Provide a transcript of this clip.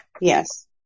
Yes